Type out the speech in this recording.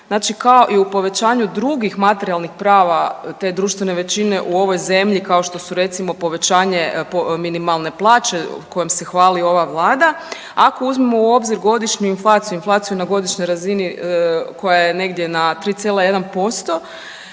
kao i povećanju drugih materijalnih prava te društvene većine, u ovoj zemlji, kao što su recimo, povećanje minimalne plaće kojim se hvali ova Vlada, ako uzmemo u obzir godišnju inflaciju, inflaciju na godišnjoj razini koja je negdje na 3,1%,